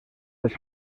les